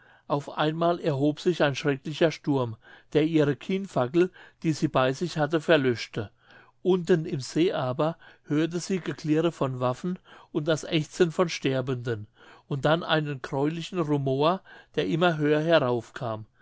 auf einmal erhob sich ein schrecklicher sturm der ihre kienfackel die sie bei sich hatte verlöschte unten im see aber hörte sie geklirre von waffen und das aechzen von sterbenden und dann einen gräulichen rumor der immer höher heraufkam